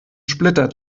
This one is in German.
splitter